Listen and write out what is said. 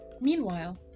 Meanwhile